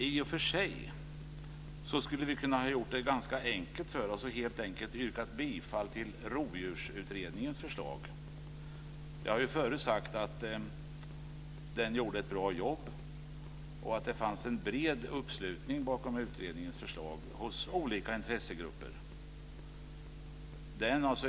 I och för sig skulle vi kunna ha gjort det ganska enkelt för oss och helt enkelt yrkat bifall till Rovdjursutredningens förslag. Jag har ju förut sagt att den gjorde ett bra jobb och att det fanns en bred uppslutning bakom utredningens förslag hos olika intressegrupper.